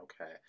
Okay